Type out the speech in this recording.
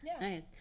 nice